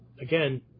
again